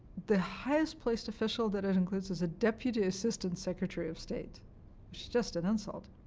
the highest placed official that it includes is a deputy assistant secretary of state, which is just an insult.